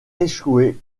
échouer